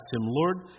Lord